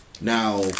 now